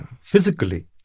physically